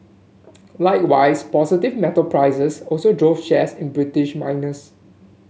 likewise positive metals prices also drove shares in British miners